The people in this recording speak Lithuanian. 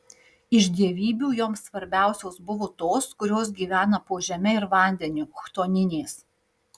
iš dievybių joms svarbiausios buvo tos kurios gyvena po žeme ir vandeniu chtoninės